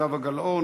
זהבה גלאון.